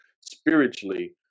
spiritually